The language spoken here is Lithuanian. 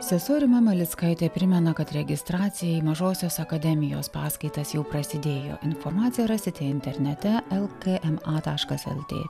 sesuo rima malickaitė primena kad registracija į mažosios akademijos paskaitas jau prasidėjo informaciją rasite internete lkma taškas lt